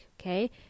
Okay